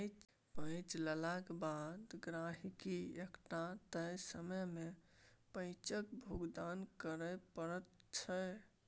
पैंच लेलाक बाद गहिंकीकेँ एकटा तय समय मे पैंचक भुगतान करय पड़ैत छै